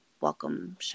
welcome